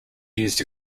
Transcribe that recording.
used